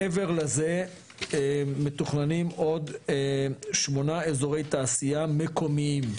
מעבר לזה מתוכננים עוד שמונה אזורי תעשייה מקומיים,